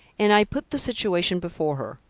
and i put the situation before her.